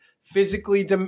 physically